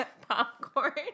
Popcorn